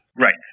Right